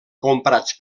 comprats